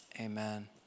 amen